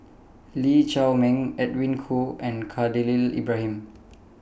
Lee Shao Meng Edwin Koo and Khalil Ibrahim